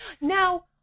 Now